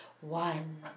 one